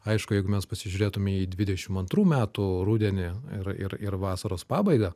aišku jeigu mes pasižiūrėtume į dvidešim antrų metų rudenį ir ir ir vasaros pabaigą